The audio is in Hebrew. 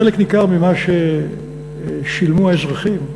חלק ניכר ממה ששילמו האזרחים,